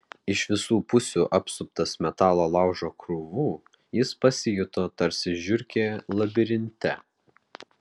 iš visų pusių apsuptas metalo laužo krūvų jis pasijuto tarsi žiurkė labirinte